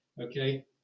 Okay